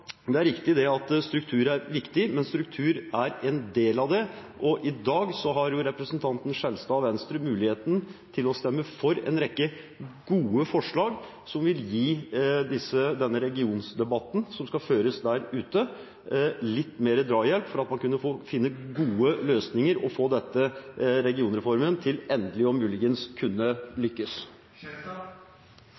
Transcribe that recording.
Det er riktig at struktur er viktig, men struktur er en del av det. I dag har representanten Skjelstad og Venstre mulighet til å stemme for en rekke gode forslag som vil gi den regiondebatten som skal føres der ute, litt mer drahjelp, slik at man kan finne gode løsninger og få regionreformen til muligens endelig å kunne